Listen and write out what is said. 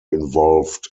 involved